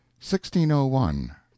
1601